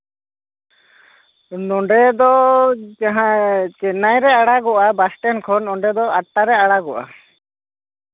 ᱱᱚᱰᱮ ᱫᱚ ᱡᱟᱦᱟᱸ ᱪᱮᱱᱱᱟᱭᱨᱮ ᱟᱲᱟᱜᱚᱜᱼᱟ ᱵᱟᱥᱴᱮᱱᱰ ᱠᱷᱚᱱ ᱚᱱᱰᱮ ᱫᱚ ᱟᱴᱴᱟᱨᱮ ᱟᱲᱟᱜᱚᱜᱼᱟ